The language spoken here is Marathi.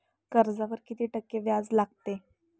कर्जावर किती टक्के व्याज लागते?